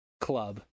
club